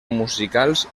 musicals